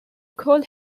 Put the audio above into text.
call